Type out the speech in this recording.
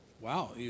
Wow